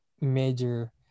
major